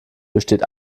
besteht